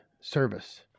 service